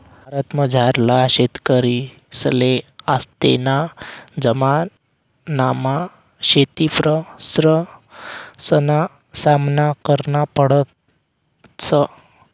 भारतमझारला शेतकरीसले आत्तेना जमानामा शेतीप्रश्नसना सामना करना पडस